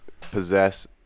possess